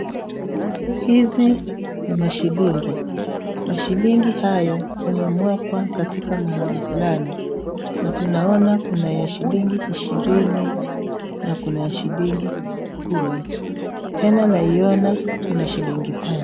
Hizi ni mashilingi. Mashilingi haya zimemwagwa katika mahali fulani na tunaona kuna ya shilingi ishirini na kuna ya shilingi kumi tena naiona kuna shilingi tano.